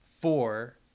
four